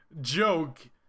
joke